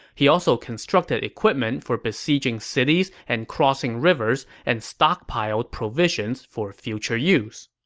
he also constructed equipment for besieging cities and crossing rivers and stockpiled provisions for future use.